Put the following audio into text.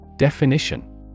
Definition